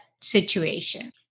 situation